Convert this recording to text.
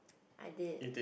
I did